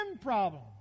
problem